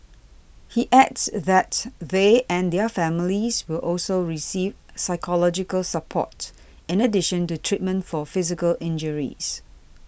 he adds that they and their families will also receive psychological support in addition to treatment for physical injuries